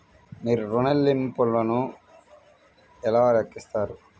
మీరు ఋణ ల్లింపులను ఎలా లెక్కిస్తారు?